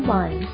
one